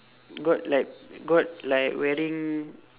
got like got like wearing